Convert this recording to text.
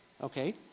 Okay